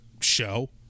show